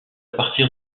partir